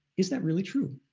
is that really true?